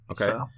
okay